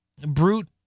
brute